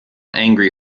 angry